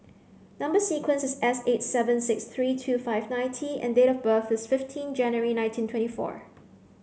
number sequence is S eight seven six three two five nine T and date of birth is fifteen January nineteen twenty four